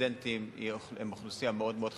הסטודנטים הם אוכלוסייה מאוד מאוד חשובה,